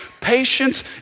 Patience